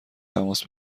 تماس